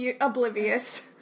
oblivious